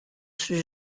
such